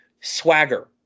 swagger